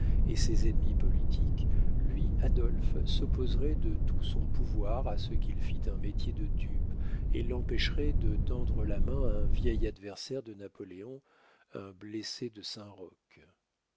et ses ennemis politiques lui adolphe s'opposerait de tout son pouvoir à ce qu'il fît un métier de dupe et l'empêcherait de tendre la main à un vieil adversaire de napoléon un blessé de saint-roch